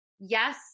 Yes